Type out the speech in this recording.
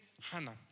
Hannah